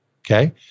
okay